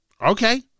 Okay